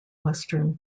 western